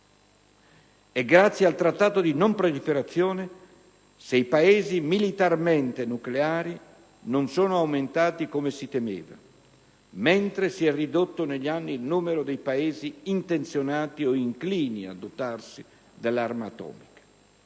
È grazie al Trattato di non proliferazione se i Paesi militarmente nucleari non sono aumentati come si temeva, mentre si è ridotto negli anni il numero dei Paesi intenzionati o inclini a dotarsi dell'arma atomica.